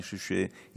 אני חושב שהצלחת,